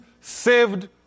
saved